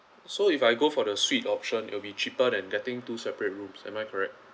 so if I go for the suite option it will be cheaper than getting two separate rooms am I correct